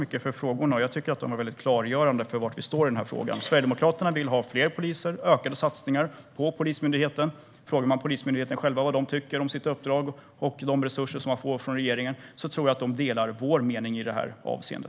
Jag tackar för frågorna, som jag tycker var väldigt klargörande för var vi står i denna fråga. Sverigedemokraterna vill ha fler poliser och ökade satsningar på Polismyndigheten. Om Polismyndigheten själv blir tillfrågad om vad man tycker om sitt uppdrag och om de resurser som man får från regeringen tror jag att man delar vår mening i detta avseende.